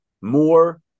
more